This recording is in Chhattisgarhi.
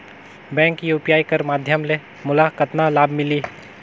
बैंक यू.पी.आई कर माध्यम ले मोला कतना लाभ मिली?